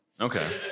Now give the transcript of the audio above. Okay